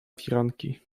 firanki